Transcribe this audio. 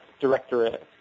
Directorate